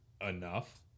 enough